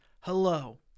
hello